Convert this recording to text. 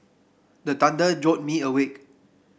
the thunder jolt me awake